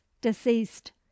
deceased